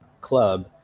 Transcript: club